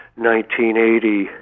1980